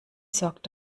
sorgt